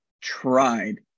tried